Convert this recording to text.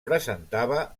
presentava